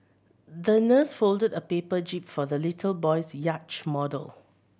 the nurse folded a paper jib for the little boy's yacht model